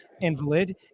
invalid